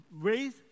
ways